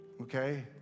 Okay